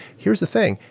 here's the thing,